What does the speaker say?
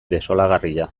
desolagarria